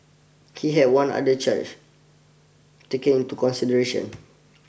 he had one other charge taken into consideration